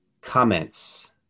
comments